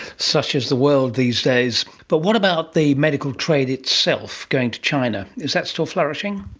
such is the world these days. but what about the medical trade itself going to china, is that still flourishing?